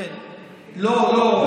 לא, לא.